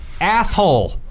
asshole